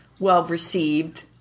well-received